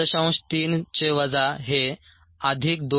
3 चे वजा हे अधिक 2